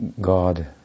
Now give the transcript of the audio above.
God